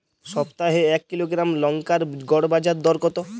সপ্তাহে এক কিলোগ্রাম লঙ্কার গড় বাজার দর কতো?